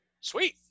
Sweet